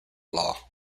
law